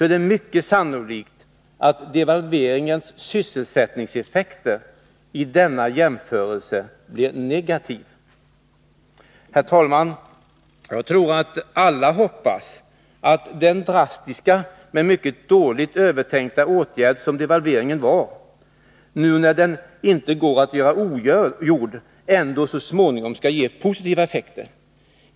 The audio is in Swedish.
är det mycket sannolikt att devalveringens effekter på sysselsättningen vid en sådan jämförelse blir negativa. Herr talman! Jag tror att alla hoppas att den drastiska men mycket dåligt genomtänkta åtgärd som devalveringen är, när den nu inte kan göras ogjord, ändå så småningom skall ge positiva effekter.